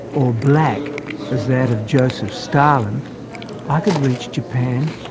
or black as that of joseph stalin i could reach japan,